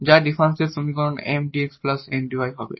যার ডিফারেনশিয়াল সমীকরণ 𝑀𝑑𝑥 𝑁𝑑𝑦 হবে